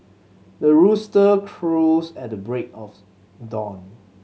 the rooster crows at the break of dawn